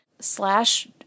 slash